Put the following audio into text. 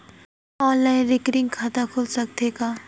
Online recurring खाता खुल सकथे का?